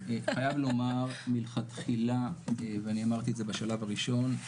חייב לומר מלכתחילה ואני אמרתי את זה בשלב הראשון,